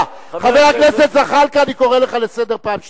חבר הכנסת זחאלקה, אני קורא לך לסדר פעם שנייה.